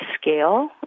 scale